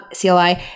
CLI